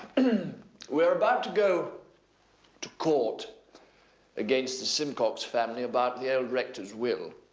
we're about to go to court against the simcox family about the old rector's will.